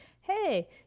Hey